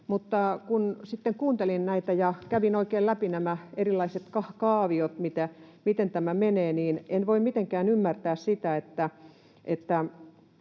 kuuntelin näitä ja kävin oikein läpi erilaiset kaaviot, miten tämä menee, niin en voi mitenkään ymmärtää sitä,